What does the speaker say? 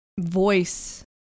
voice